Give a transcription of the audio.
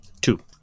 Two